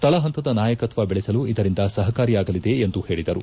ತಳ ಹಂತದ ನಾಯಕತ್ವ ಬೆಳೆಸಲು ಇದರಿಂದ ಸಹಕಾರಿಯಾಗಲಿದೆ ಎಂದು ಹೇಳಿದರು